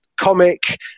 comic